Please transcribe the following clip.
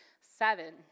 Seven